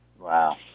Wow